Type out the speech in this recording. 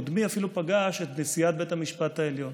קודמי אפילו פגש את נשיאת בית המשפט העליון.